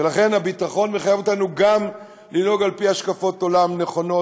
ולכן הביטחון מחייב אותנו גם לנהוג על-פי השקפות עולם נכונות,